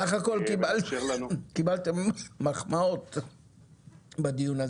בסך הכול קיבלתם מחמאות בדיון הזה.